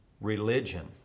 religion